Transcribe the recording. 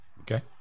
Okay